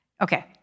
Okay